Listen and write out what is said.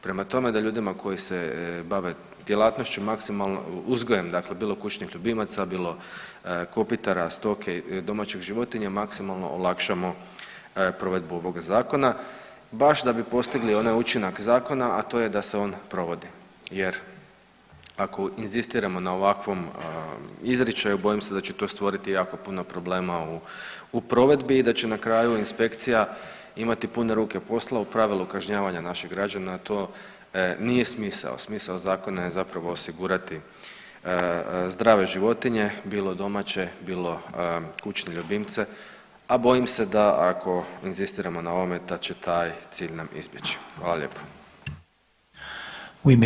Prema tome, da ljudima koji se bave djelatnošću maksimalno, uzgojem dakle bilo kućnih ljubimaca, bilo kopitara, stoke, domaćih životinja, maksimalno olakšamo provedbu ovoga zakona baš da bi postigli onaj učinak zakona, a to je da se on provodi jer ako inzistiramo na ovakvom izričaju bojim se da će to stvoriti jako puno problema u provedbi i da će na kraju inspekcija imati pune ruke posla, u pravilu kažnjavanja naših građana, a to nije smisao, smisao zakona je zapravo osigurati zdrave životinje, bilo domaće, bilo kućne ljubimce, a bojim se da ako inzistiramo na ovome da će taj cilj nam izbjeći, hvala lijepo.